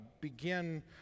begin